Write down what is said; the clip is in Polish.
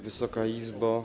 Wysoka Izbo!